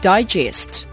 Digest